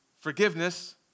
Forgiveness